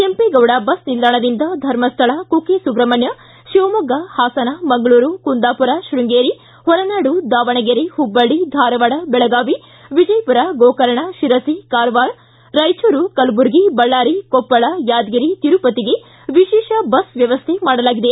Kempegowda bus ನಿಲ್ದಾಣದಿಂದ ಧರ್ಮಸ್ಥಳ ಕುಕ್ಕೆ ಸುಬ್ರಹ್ಮಣ್ಯ ಶಿವಮೊಗ್ಗ ಹಾಸನ ಮಂಗಳೂರು ಕುಂದಾಪುರ ಶೃಂಗೇರಿ ಹೊರನಾಡು ದಾವಣಗೆರೆ ಪುಬ್ಬಳ್ಳಿ ಧಾರವಾಡ ಬೆಳಗಾವಿ ವಿಜಯಪುರ ಗೋಕರ್ಣ ಶಿರಸಿ ಕಾರವಾರ ರಾಯಚೂರು ಕಲಬುರಗಿ ಬಳ್ಳಾರಿ ಕೊಪ್ಪಳ ಯಾದಗಿರಿ ತಿರುಪತಿಗೆ ವಿಶೇಷ ಬಸ್ ವ್ಯವಸ್ಠೆ ಮಾಡಲಾಗಿದೆ